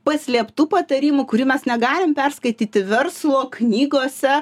paslėptų patarimų kurių mes negalim perskaityti verslo knygose